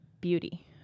beauty